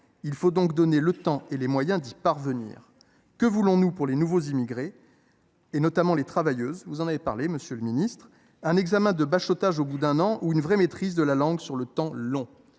Il faut donc donner le temps et les moyens d’y parvenir. Que voulons nous pour les nouveaux immigrés, et notamment pour les travailleuses dont vous avez parlé, monsieur le ministre : un examen de bachotage au bout d’un an, ou une vraie maîtrise de la langue sur le temps long ?